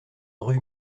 rue